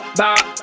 bop